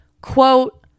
quote